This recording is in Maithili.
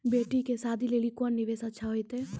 बेटी के शादी लेली कोंन निवेश अच्छा होइतै?